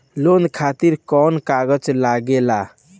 Loan खातिर कौन कागज लागेला?